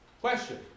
question